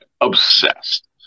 Obsessed